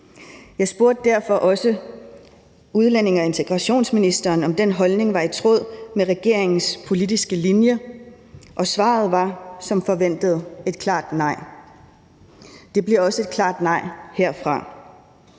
Jeg spurgte derfor også udlændinge- og integrationsministeren, om den holdning var i tråd med regeringens politiske linje, og svaret var som forventet et klart nej. Det bliver også et klart nej herfra.